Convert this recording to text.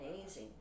amazing